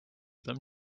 them